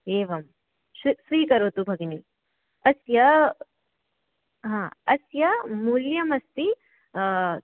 एवं श्वि स्वीकरोतु भगिनी अस्य हा अस्य मूल्यमस्ति